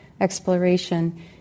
exploration